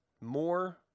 more